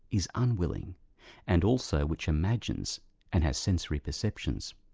is unwilling and also which imagines and has sensory perceptions.